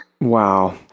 Wow